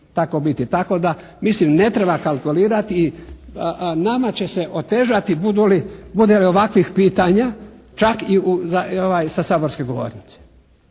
Tako da mislim, ne treba kalkulirati i nama će se otežati budu li, bude li ovakvih pitanja čak i u, i sa saborske govornice.